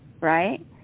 Right